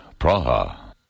Praha